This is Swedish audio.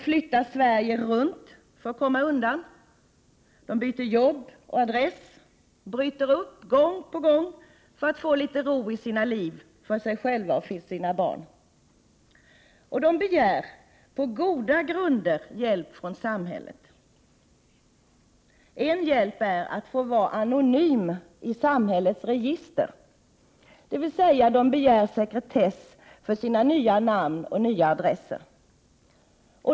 Kvinnorna flyr för att komma undan, de byter arbete och adress. Gång på gång bryter kvinnorna upp för att få litet ro för sig själva och sina barn. Dessa kvinnor begär på goda grunder samhällets hjälp. En hjälp är att få vara anonym i samhällets register. Kvinnorna begär alltså sekretess för sina nya namn och sina nya adresser.